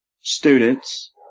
students